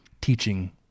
Teaching